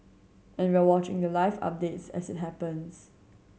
and we're watching the life updates as it happens